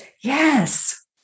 Yes